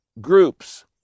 groups